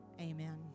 Amen